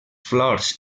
flors